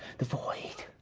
the void.